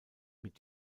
mit